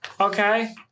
Okay